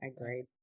Agreed